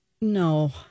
no